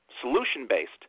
solution-based